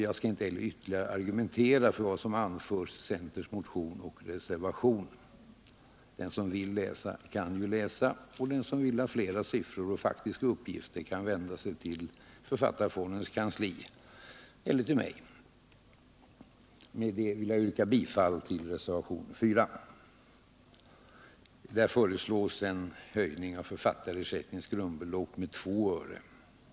Jag skall inte heller ytterligare argumentera för vad som anförs i centerns motion och reservation. Den som vill kan ju läsa, och den som vill ha fler siffror och faktiska uppgifter kan vända sig till författarfondens kansli eller till mig. Med detta vill jag yrka bifall till reservationen 4. Där föreslås en höjning av författarersättningens grundbelopp med 2 öre.